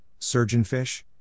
surgeonfish